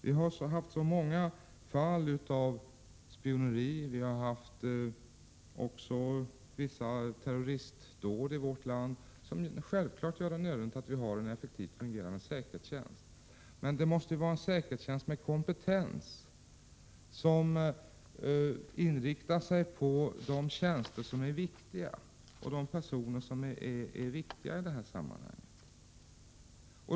Vi har haft så många fall av spioneri, och vi har också haft vissa terroristdåd i vårt land, som självfallet gör det nödvändigt att ha en effektivt fungerande säkerhetstjänst. Men det måste vara en säkerhetstjänst med kompetens, som inriktar sig på de tjänster som är viktiga och de personer som är viktiga i detta sammanhang.